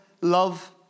love